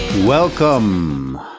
Welcome